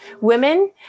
women